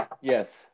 yes